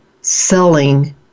selling